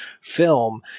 film